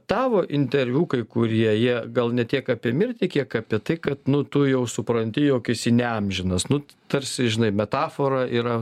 tavo interviu kai kurie jie gal ne tiek apie mirtį kiek apie tai kad nu tu jau supranti jog esi ne amžinas nu tarsi žinai metafora yra